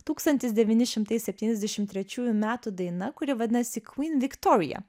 tūkstantis devyni šimtai septyniasdešim trečiųjų metų daina kuri vadinasi queen victoria